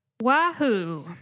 Wahoo